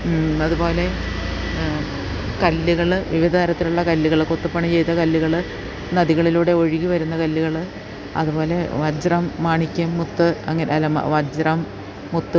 അതുപോലെ കല്ലുകള് വിവിധ തരത്തിലുള്ള കല്ലുകള് കൊത്തുപണി ചെയ്ത കല്ലുകള് നദികളിലൂടെ ഒഴുകിവരുന്ന കല്ലുകള് അതുപോലെ വജ്രം മാണിക്യം മുത്ത് അല്ല വജ്രം മുത്തുകള്